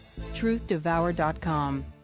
TruthDevour.com